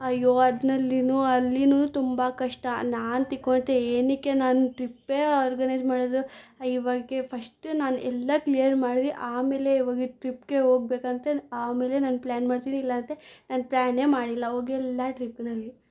ಅಯ್ಯೋ ಅದ್ನಲ್ಲಿನು ಅಲ್ಲಿನು ತುಂಬ ಕಷ್ಟ ನಾನು ತಿಕೊಳ್ದೆ ಏನಕ್ಕೆ ನಾನು ಟ್ರಿಪ್ಪೇ ಆರ್ಗನೈಸ್ ಮಾಡೋದು ಇವಾಗ ಫಸ್ಟ ನಾನು ಎಲ್ಲ ಕ್ಲಿಯರ್ ಮಾಡಿ ಆಮೇಲೆ ಹೋಗಿ ಟ್ರಿಪ್ಗೆ ಹೋಗಬೇಕಂತ ಆಮೇಲೆ ನಾನು ಪ್ಲ್ಯಾನ್ ಮಾಡ್ತೀನಿ ಇಲ್ಲಾಂದರೆ ನಾನು ಪ್ಲ್ಯಾನೇ ಮಾಡಿಲ್ಲ ಹೋಗಿ ಎಲ್ಲ ಟ್ರಿಪ್ನಲ್ಲಿ